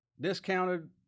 discounted